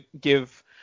give